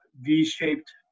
V-shaped